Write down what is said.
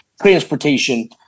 transportation